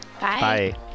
Bye